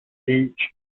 each